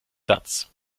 satz